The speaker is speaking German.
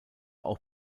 auch